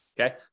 Okay